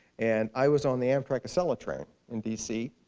and i was on the amtrak acela train in d c.